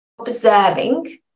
observing